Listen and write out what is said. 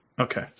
Okay